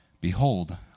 Behold